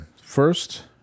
first